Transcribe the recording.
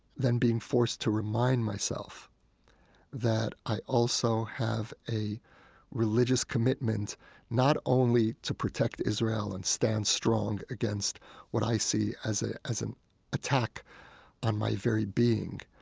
then being forced to remind myself that i also have a religious commitment not only to protect israel and stand strong against what i see as ah as an attack on my very being,